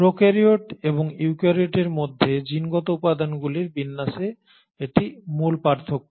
prokaryote এবং ইউক্যারিওটের মধ্যে জিনগত উপাদানগুলির বিন্যাসে এটি মূল পার্থক্য